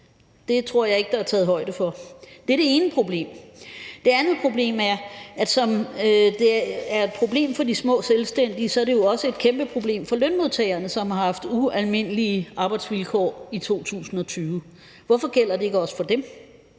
Det tror jeg ikke der er taget højde for. Det er det ene problem. Det andet problem er, at ligesom det er et problem for de små selvstændige, er det jo også et kæmpeproblem for lønmodtagerne, som har haft ualmindelige arbejdsvilkår i 2020. Hvorfor gælder det ikke også for dem?